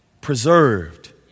Preserved